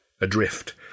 Adrift